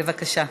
בבקשה.